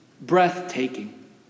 breathtaking